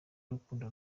urukundo